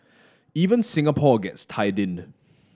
even Singapore gets tied in